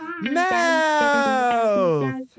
Mouth